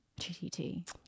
GTT